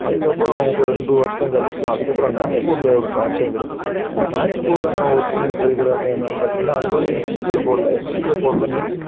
அதுக்கப்புறோம் எனக்கு ஒரு ரெண்டு வருடம் கழிச்சி அதுக்கப்புறோம் நாக்பூரில் ஒரு ட்ரான்ஸ்ஃபர் கிடச்சிச்சி நாக்பூரில் நான் ஒர்க் பண்ணிட்டுருக்கற அந்த என்னென்னு பார்த்தீங்கன்னா அங்கே வந்து என்ன சிட்டியில் போடல சிட்டியில் போடல மீன்ஸ்